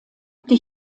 die